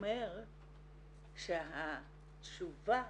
אומר שהתשובה